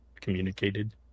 communicated